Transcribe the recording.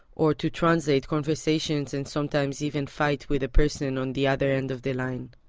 or to translate conversations and sometimes even fight with the person on the other end of the line.